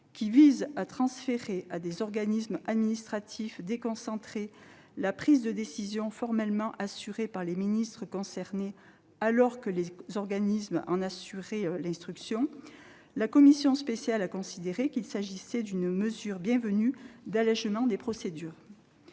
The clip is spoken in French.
qui vise à transférer à des organismes administratifs déconcentrés la prise de décision formellement assurée par les ministres concernés alors que les organismes en assuraient l'instruction, la commission spéciale a considéré qu'il s'agissait d'une mesure bienvenue d'allégement des procédures.